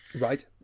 Right